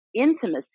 intimacy